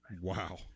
Wow